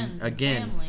again